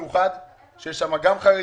שיש בו גם חרדים,